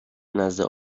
نزد